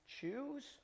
choose